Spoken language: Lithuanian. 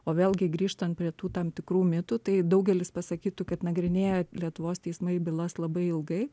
o vėlgi grįžtant prie tų tam tikrų mitų tai daugelis pasakytų kad nagrinėja lietuvos teismai bylas labai ilgai